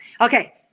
Okay